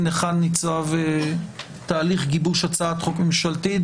היכן ניצב תהליך גיבוש הצעת חוק ממשלתית.